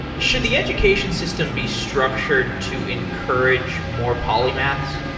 should the education system be structured to encourage more polymaths?